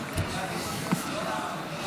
אני מזמין את חבר הכנסת משה סולומון להציג את הצעת החוק,